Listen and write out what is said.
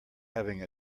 having